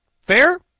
Fair